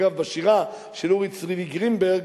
ואגב, בשירה של אורי צבי גרינברג,